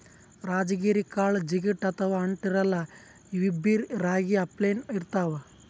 ರಾಜಗಿರಿ ಕಾಳ್ ಜಿಗಟ್ ಅಥವಾ ಅಂಟ್ ಇರಲ್ಲಾ ಇವ್ಬಿ ರಾಗಿ ಅಪ್ಲೆನೇ ಇರ್ತವ್